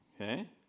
okay